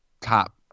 top